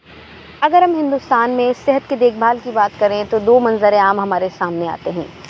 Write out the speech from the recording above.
اگر ہم ہندوستان میں صحت کی دیکھ بھال کی بات کریں تو دو منظر عام ہمارے سامنے آتے ہیں